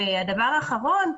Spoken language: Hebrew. הדבר האחרון,